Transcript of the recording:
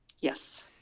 Yes